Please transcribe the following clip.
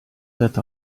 that